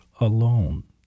alone